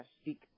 speak